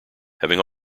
having